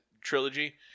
trilogy